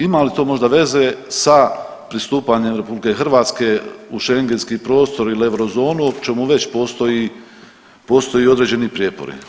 Ima li to možda veze sa pristupanjem RH u šengenski prostor ili Eurozonu, o čemu već postoji određeni prijepori?